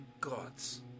Gods